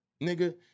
nigga